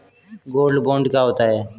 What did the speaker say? Gold bond क्या होता है?